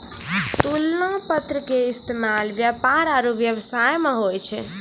तुलना पत्र के इस्तेमाल व्यापार आरु व्यवसाय मे होय छै